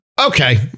okay